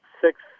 six